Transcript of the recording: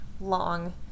long